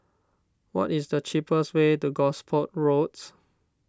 what is the cheapest way to Gosport Roads